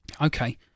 Okay